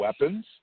weapons